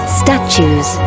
statues